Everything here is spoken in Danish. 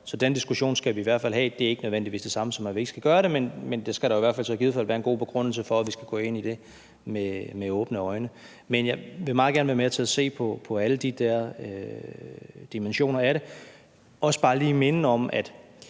Så den diskussion skal vi i hvert fald have. Det er ikke nødvendigvis det samme, som at vi ikke skal gøre det, men det skal der i givet fald være en god begrundelse for at vi skal gå ind i med åbne øjne. Men jeg vil meget gerne være med til at se på alle de der dimensioner af det. Jeg vil også bare lige minde om, at